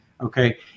okay